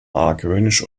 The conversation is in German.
argwöhnisch